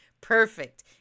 perfect